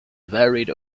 varied